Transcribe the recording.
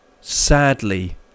sadly